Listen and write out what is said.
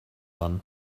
run